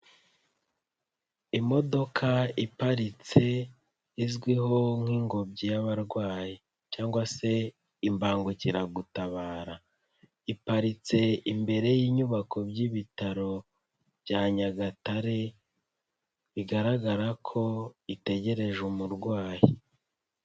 Imodoka iparitse izwiho nk'ingobyi y'abarwayi cyangwa se imbangukiragutabara. Iparitse imbere y'inyubako by'ibitaro bya Nyagatare, bigaragara ko itegereje umurwayi.